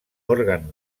òrgan